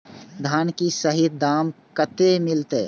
धान की सही दाम कते मिलते?